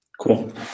Cool